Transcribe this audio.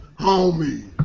homie